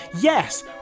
Yes